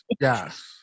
Yes